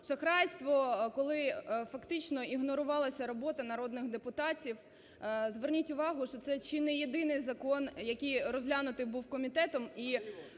Шахрайство, коли фактично ігнорувалася робота народних депутатів. Зверніть увагу, що це чи не єдиний закон, який розглянутий був комітетом